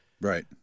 Right